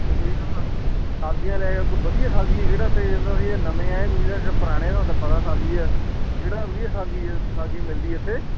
ਅਤੇ ਤੁਸੀਂ ਸਬਜ਼ੀਆਂ ਵਧੀਆ ਸਬਜ਼ੀ ਕਿਹੜਾ ਇੱਥੇ ਕਹਿੰਦਾ ਅਸੀਂ ਤਾਂ ਨਵੇਂ ਆਏ ਤੁਸੀਂ ਪੁਰਾਣੇ ਤੁਹਾਨੂੰ ਤਾਂ ਪਤਾ ਸਬਜ਼ੀ ਆ ਜਿਹੜਾ ਵਧੀਆ ਸਬਜ਼ੀ ਸਬਜ਼ੀ ਮਿਲਦੀ ਇੱਥੇ